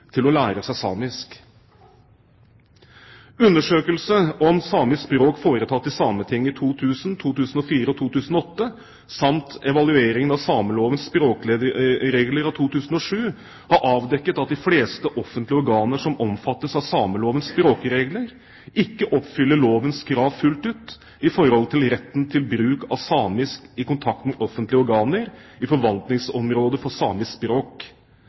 til å lære seg samisk. Undersøkelser om samisk språk foretatt i Sametinget i 2000, i 2004 og i 2008 samt evalueringen av samelovens språkregler av 2007 har avdekket at de fleste offentlige organer som omfattes av samelovens språkregler, ikke oppfyller lovens krav fullt ut i forhold til retten til bruk av samisk i kontakt med offentlige organer i forvaltningsområdet for samisk språk.